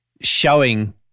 showing